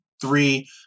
three